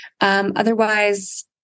Otherwise